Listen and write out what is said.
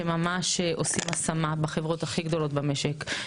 שממש עושים השמה בחברות הכי גדולות במשק.